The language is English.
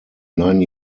nine